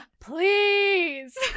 Please